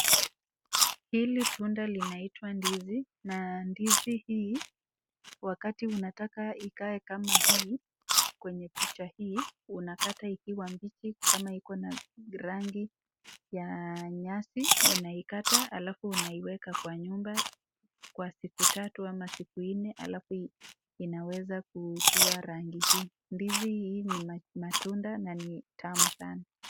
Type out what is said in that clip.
Hili tunda linaitwa ndizi na ndizi hii wakati unataka ikae kama hii kwenye picha hii unakata ikiwa mbichi kama iko na rangi ya nyasi, unaikata halafu unaiweka kwa nyumba kwa siku tatu ama siku nne halafu inaweza kuwa rangi hii. Ndizi hii ni matunda na ni tamu sana.